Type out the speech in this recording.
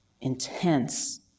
intense